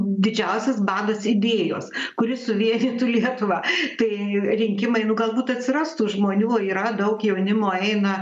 didžiausias badas idėjos kuri suvienytų lietuvą tai rinkimai nu galbūt atsiras tų žmonių yra daug jaunimo eina